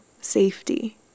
safety